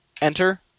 Enter